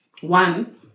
one